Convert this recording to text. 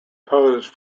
pose